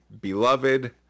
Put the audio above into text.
beloved